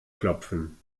klopfen